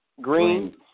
Green